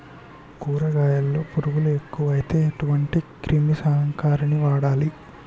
కూరగాయలలో పురుగులు ఎక్కువైతే ఎటువంటి క్రిమి సంహారిణి వాడాలి?